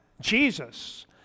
Jesus